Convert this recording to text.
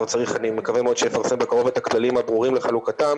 אני מקווה מאוד שיפרסם בקרוב את הכללים הברורים לחלוקתם,